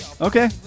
Okay